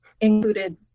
included